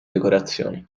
decorazioni